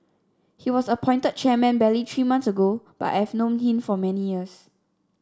he was appointed chairman barely three months ago but I have known him for many years